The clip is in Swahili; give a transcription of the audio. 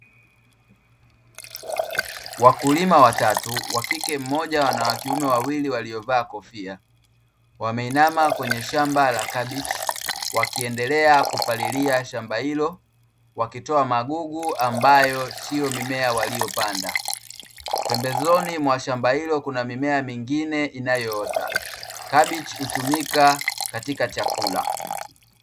Wakulima watatu, wakike mmoja na wakiume wawili waliovaa kofia, wameinama kwenye shamba la kabichi wakiendelea kupalilia shamba hilo, wakitoa magugu ambayo siyo mimea waliyopanda, pembezoni mwa shamba hilo kuna mimea mingine inayoota, kabichi hutumika katika chakula.